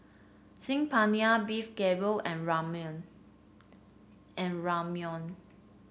Saag Paneer Beef Galbi and Ramyeon and Ramyeon